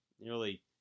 Nearly